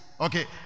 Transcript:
Okay